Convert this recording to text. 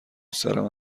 سرم